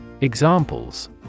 Examples